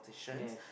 yes